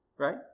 right